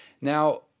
Now